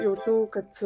jaučiau kad